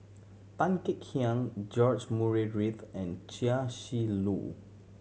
Tan Kek Hiang George Murray Reith and Chia Shi Lu